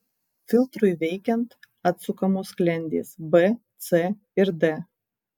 filtrui veikiant atsukamos sklendės b c ir d